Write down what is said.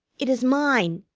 it is mine.